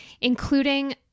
including